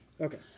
Okay